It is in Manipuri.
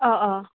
ꯑꯥ ꯑꯥ